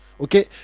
Okay